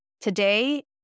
Today